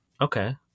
Okay